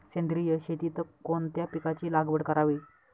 सेंद्रिय शेतीत कोणत्या पिकाची लागवड करावी?